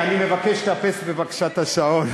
אני מבקש לאפס את השעון.